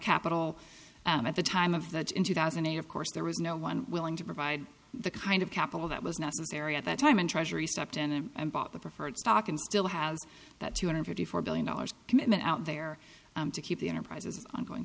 capital at the time of that in two thousand and eight of course there was no one willing to provide the kind of capital that was necessary at that time and treasury stepped in and bought the preferred stock and still have that two hundred fifty four billion dollars commitment out there to keep the enterprises ongoing